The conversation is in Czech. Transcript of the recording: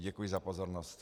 Děkuji za pozornost.